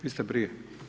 Vi ste prije?